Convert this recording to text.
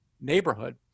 neighborhood